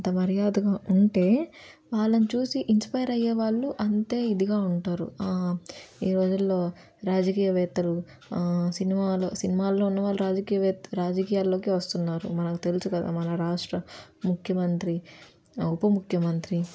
అంత మర్యాదగా ఉంటే వాళ్ళని చూసి ఇన్స్పైర్ అయ్యేవాళ్ళు అంతే ఇదిగా ఉంటారు ఈ రోజుల్లో రాజకీయవేత్తలు సినిమాలో సినిమాల్లో ఉన్నవాళ్ళు రాజకీయవేత్త రాజకీయాల్లోకి వస్తున్నారు మనకు తెలుసు కదా మన రాష్ట్ర ముఖ్యమంత్రి ఉపముఖ్యమంత్రి